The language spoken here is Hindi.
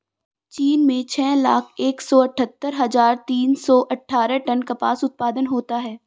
चीन में छह लाख एक सौ अठत्तर हजार तीन सौ अट्ठारह टन कपास उत्पादन होता है